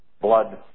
blood